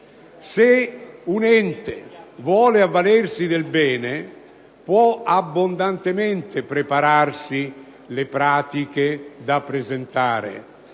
Se un ente vuole avvalersi del bene, può quindi abbondantemente prepararsi le pratiche da presentare